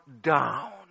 down